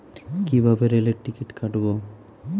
কিভাবে রেলের টিকিট কাটব?